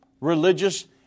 Religious